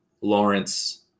Lawrence